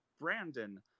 brandon